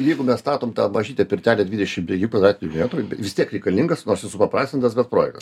jeigu mes statom tą mažytę pirtelę dvidešim penki kvadratai vietoj vis tiek reikalingas nors ir supaprastintas bet projektas